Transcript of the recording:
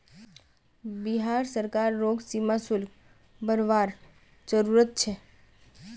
बिहार सरकार रोग सीमा शुल्क बरवार जरूरत छे